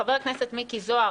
חבר הכנסת מיקי זוהר,